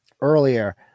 earlier